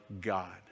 God